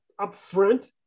upfront